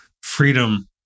Freedom